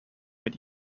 mit